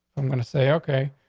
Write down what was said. i'm going to say, ok,